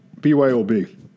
Byob